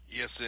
Yes